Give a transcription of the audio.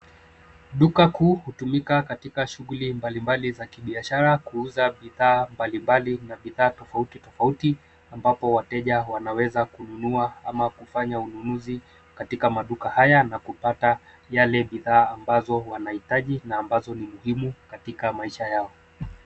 Duka kuu hutumika katika shughuli mbali mbali za biashara kuuza bidhaa mbali mbali na bidhaa tofauti tofauti ambapo wateja wanaweza kununua ama kufanya ununuzi katika maduka haya na kupata Yale bidhaa ambazo wanahitaji na ambazo ni muhimu katika maisha Yao.